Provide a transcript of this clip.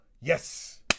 Yes